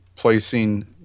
Placing